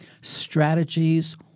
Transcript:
strategies